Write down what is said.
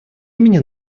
имени